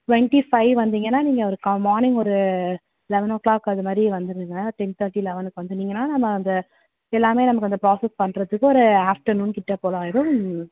twenty five வந்திங்கன்னா நீங்கள் ஒரு மார்னிங் ஒரு லெவன் ஓ கிளாக் அதுமாதிரி வந்துடுங்க டென் தார்ட்டி லெவனுக்கு வந்துட்டிங்கன்னா நம்ம அந்த எல்லாம் நமக்கு அந்த ப்ராசஸ் பண்ணுறதுக்கு ஒரு ஆஃப்டர்நூன் கிட்டே போல் ஆகிடும் நீங்கள்